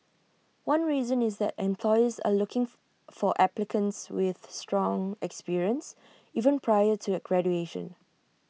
one reason is that employers are looking for for applicants with strong experience even prior to graduation